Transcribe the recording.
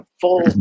full